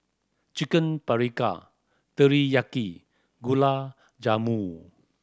Chicken Paprika Teriyaki Gulab Jamun